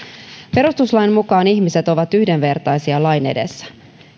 perustuslain mukaan ihmiset ovat yhdenvertaisia lain edessä